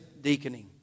deaconing